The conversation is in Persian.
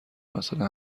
مساله